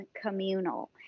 communal